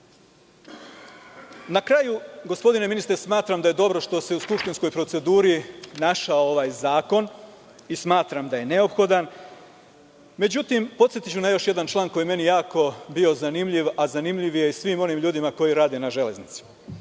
kraju, gospodine ministre, smatram da je dobro što se u skupštinskoj proceduri našao ovaj zakon, i smatram da je neophodan, međutim, podsetiću na još jedan član koji je meni jako bio zanimljiv, a zanimljiv je i svim onim ljudima koji rade na Železnici.